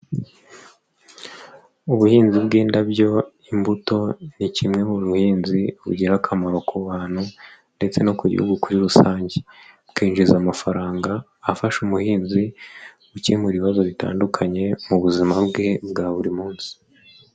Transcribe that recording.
Ubuhinzi bw'indabyo, imbuto, ni kimwe mu buhinzi bugira akamaro ku bantu ndetse no ku gihugu kuri rusange. Bukwinjiza amafaranga, afasha umuhinzi gukemura ibibazo bitandukanye, mu buzima bwe bwa buri munsi.